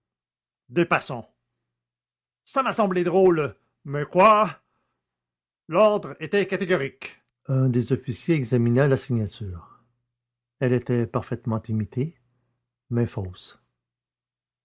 passants ça m'a semblé drôle mais quoi l'ordre était catégorique un des officiers examina la signature elle était parfaitement imitée mais fausse